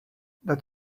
that